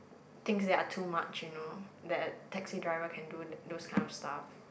things that are too much you know that taxi driver can do those kind of stuff